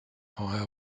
higher